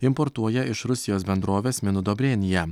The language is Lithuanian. importuoja iš rusijos bendrovės minudobrėnija